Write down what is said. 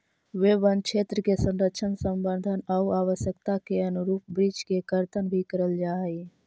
वे वनक्षेत्र के संरक्षण, संवर्धन आउ आवश्यकता के अनुरूप वृक्ष के कर्तन भी करल जा हइ